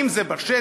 אם זה בשטח,